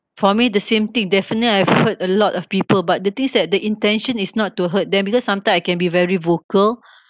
for me the same thing definite I've heard a lot of people but the thing's that the intention is not to hurt them because sometime I can be very vocal